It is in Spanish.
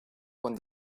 con